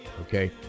okay